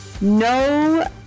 no